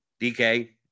DK